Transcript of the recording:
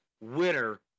winner